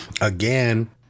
again